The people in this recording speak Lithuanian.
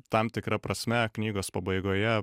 tam tikra prasme knygos pabaigoje